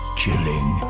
chilling